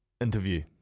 interview